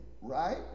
right